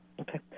Okay